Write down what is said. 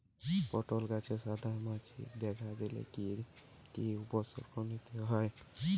পটল গাছে সাদা মাছি দেখা দিলে কি কি উপসর্গ নিতে হয়?